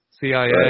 CIA